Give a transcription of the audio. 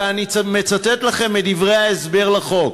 ואני מצטט לכם מדברי ההסבר לחוק: